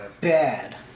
bad